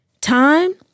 time